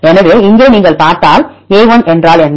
எனவே இங்கே நீங்கள் பார்த்தால் a1 என்றால் என்ன